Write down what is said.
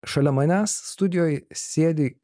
šalia manęs studijoj sėdi